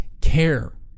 care